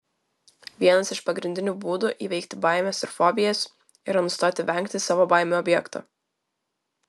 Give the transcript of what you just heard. vienas iš pagrindinių būdų įveikti baimes ir fobijas yra nustoti vengti savo baimių objekto